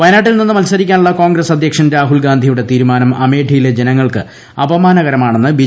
വയനാട്ടിൽ നിന്ന് മത്സരിക്കാനുള്ള കോൺഗ്രസ് അധ്യക്ഷൻ രാഹുൽ ഗാന്ധിയുടെ തീരുമാനം അമേഠിയിലെ ജനങ്ങൾക്ക് അപമാനകരമാണെന്ന് ബി